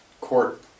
court